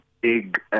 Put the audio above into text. big